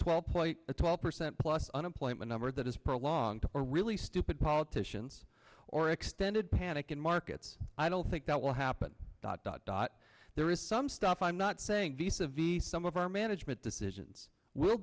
point a twelve percent plus unemployment number that is prolonged or really stupid politicians or extended panic in markets i don't think that will happen dot dot dot there is some stuff i'm not saying these of the some of our management decisions will